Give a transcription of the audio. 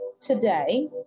today